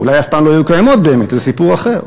אולי אף פעם לא היו קיימות באמת, זה סיפור אחר.